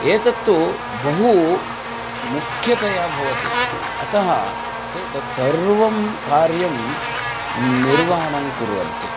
एतत्तु बहु मुख्यतया भवति अतः ते तत् सर्वं कार्यं निर्वहणं कुर्वन्ति